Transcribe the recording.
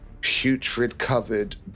putrid-covered